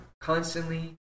constantly